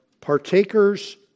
partakers